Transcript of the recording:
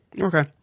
Okay